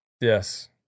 Yes